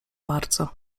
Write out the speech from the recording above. bardzo